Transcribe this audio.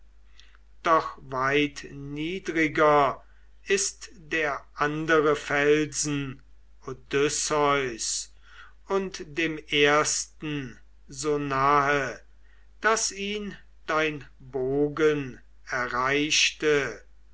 doch weit niedriger ist der andere felsen odysseus und dem ersten so nahe daß ihn dein bogen erreichte